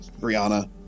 Brianna